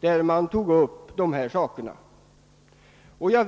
där de frågor vi nu diskuterar togs upp.